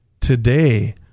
today